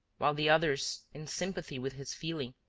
while the others, in sympathy with his feelings,